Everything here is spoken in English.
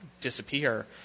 disappear